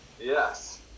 Yes